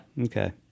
Okay